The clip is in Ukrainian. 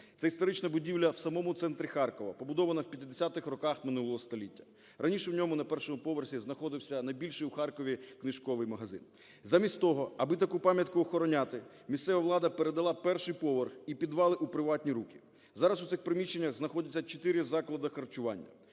Це історична будівля в самому центрі Харкова, побудована в 50-х роках минулого століття. Раніше в ньому на першому поверсі знаходився найбільший у Харкові книжковий магазин. Замість того, аби таку пам'ятку охороняти, місцева влада передала перший поверх і підвали у приватні руки. Зараз у цих приміщеннях знаходяться 4 заклади харчування.